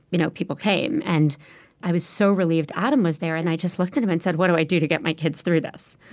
you know people came. and i was so relieved adam was there. and i just looked at him, and i said, what do i do to get my kids through this?